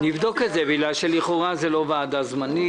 נבדוק את זה בגלל שלכאורה זו לא ועדה זמנית,